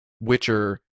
Witcher